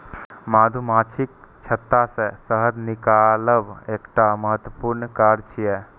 मधुमाछीक छत्ता सं शहद निकालब एकटा महत्वपूर्ण काज छियै